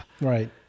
Right